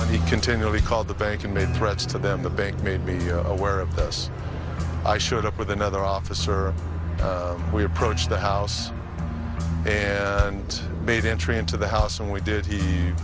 and he continually called the bank and made threats to them the bank made me aware of this i showed up with another officer we approached the house and made entry into the house and we did the